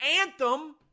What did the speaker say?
anthem